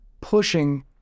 pushing